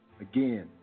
Again